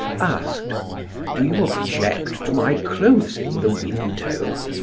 asked do you object to my closing the window?